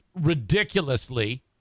ridiculously